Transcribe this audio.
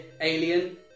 alien